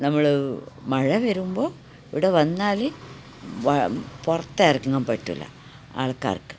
നമ്മള് മഴ വരുമ്പോൾ ഇവിടെ വന്നാല് പുറത്തിറങ്ങാൻ പറ്റില്ല ആൾക്കാർക്ക്